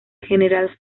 general